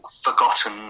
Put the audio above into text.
forgotten